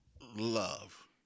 love